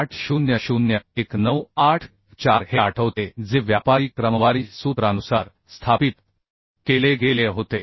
800 1984 हे आठवते जे व्यापारी क्रमवारी सूत्रानुसार स्थापित केले गेले होते